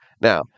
now